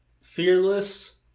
fearless